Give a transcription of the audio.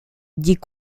dit